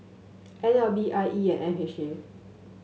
L B I E and H A